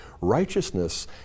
Righteousness